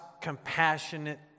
compassionate